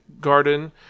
Garden